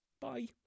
bye